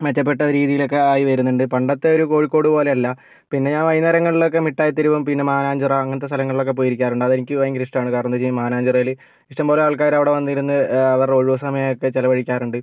മെച്ചപ്പെട്ട രീതിയിലൊക്കെ ആയി വരുന്നുണ്ട് പണ്ടത്തെ ഒരു കോഴിക്കോട് പോലെയല്ല പിന്നെ ഞാൻ വൈകുന്നേരങ്ങളിലൊക്കെ മിഠായി തെരുവും പിന്നെ മാനാഞ്ചിറ അങ്ങനത്തെ സ്ഥലങ്ങളിലൊക്കെ പോയി ഇരിക്കാറുണ്ട് അതെനിക്ക് ഭയങ്കര ഇഷ്ടമാണ് കാരണമെന്ന് വെച്ച് കഴിഞ്ഞാൽ ഈ മാനാഞ്ചിറയിൽ ഇഷ്ടംപോലെ ആൾക്കാർ അവിടെ വന്നിരുന്ന് അവരുടെ ഒഴിവ് സമയമൊക്കെ ചിലവഴിക്കാറുണ്ട്